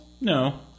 No